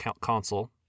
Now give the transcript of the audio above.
console